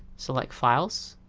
select files